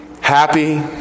happy